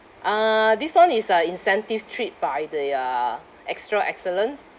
uh this [one] is a incentive trip by the uh extra excellence